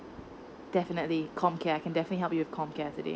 definitely com care I can definitely help you com care today